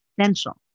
essential